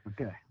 Okay